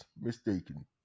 mistaken